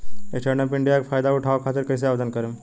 Stand up India के फाइदा उठाओ खातिर कईसे आवेदन करेम?